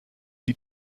sie